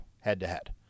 head-to-head